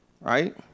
right